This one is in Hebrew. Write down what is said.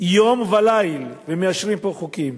יום וליל ומאשרים פה חוקים.